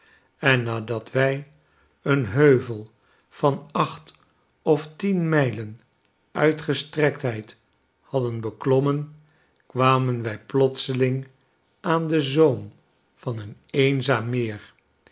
en nadat wij een heuvel van acht of tien mijlen uitgestrektheid hadden beklommen kwamen wij plotseling aan den zoom van een eenzaam meer